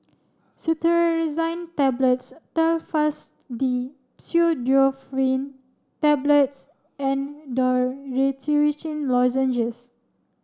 Cetirizine Tablets Telfast D Pseudoephrine Tablets and Dorithricin Lozenges